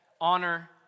honor